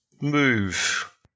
move